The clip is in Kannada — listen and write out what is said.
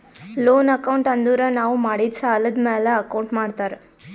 ಲೋನ್ ಅಕೌಂಟ್ ಅಂದುರ್ ನಾವು ಮಾಡಿದ್ ಸಾಲದ್ ಮ್ಯಾಲ ಅಕೌಂಟ್ ಮಾಡ್ತಾರ್